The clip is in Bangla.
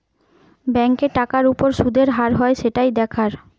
ব্যাংকে টাকার উপর শুদের হার হয় সেটাই দেখার